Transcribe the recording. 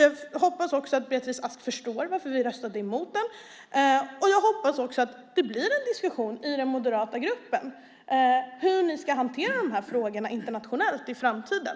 Jag hoppas att Beatrice Ask också förstår varför vi röstade emot den. Jag hoppas också att det blir en diskussion i den moderata gruppen om hur ni ska hantera de här frågorna internationellt i framtiden.